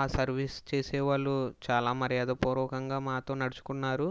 ఆ సర్విస్ చేసే వాళ్ళు చాలా మర్యాదపూర్వకంగా మాతో నడుచుకున్నారు